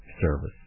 Service